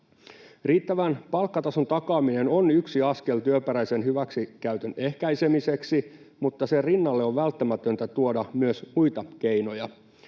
Riittävän palkkatason takaaminen on yksi askel työperäisen hyväksikäytön ehkäisemiseksi, mutta sen rinnalle on välttämätöntä tuoda myös muita keinoja.